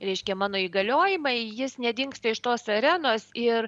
reiškia mano įgaliojimai jis nedingsta iš tos arenos ir